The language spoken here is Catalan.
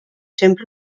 sempre